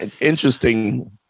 interesting